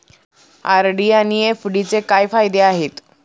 RD आणि एफ.डीचे काय फायदे आहेत?